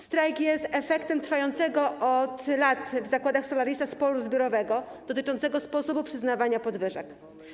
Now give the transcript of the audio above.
Strajk jest efektem trwającego od lat w zakładach Solarisa sporu zbiorowego dotyczącego sposobu przyznawania podwyżek.